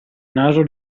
naso